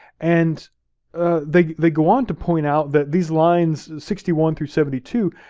and they they go on to point out that these lines sixty one through seventy two,